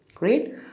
Great